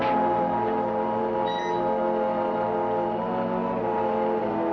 or